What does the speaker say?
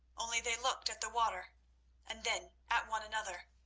only they looked at the water and then at one another,